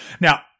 Now